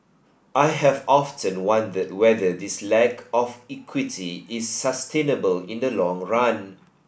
I have often wondered whether this lack of equity is sustainable in the long run